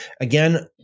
again